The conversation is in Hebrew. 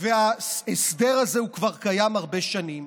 שההסדר הזה קיים כבר הרבה שנים,